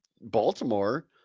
Baltimore